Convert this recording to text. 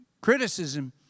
criticism